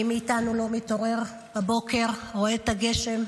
מי מאיתנו לא מתעורר הבוקר, רואה את הגשם,